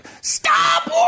stop